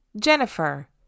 Jennifer